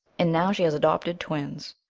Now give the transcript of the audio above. and now she has adopted twins.